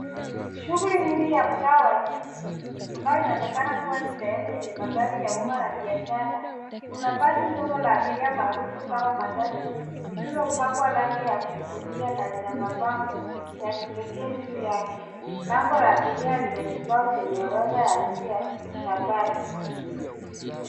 Shughuli nyingi ya mtaa wa jiji, ambayo inaonekana kuwa ni sehemu yenye magari ya umma na biashara, kuna basi ndogo la abiria maarufu kama matatu lililopakwa rangi ya kuvutia na lina mapambo ya kipekee juu yake. Lango la abiria lina kibao Chenye orodha ya njia za basi.